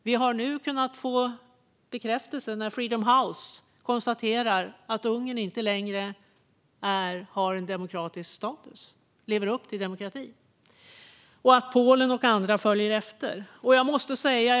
Detta bekräftas i och med att Freedom House konstaterar att Ungern inte längre har demokratisk status och inte längre lever upp till demokratin. Polen och andra följer efter i detta.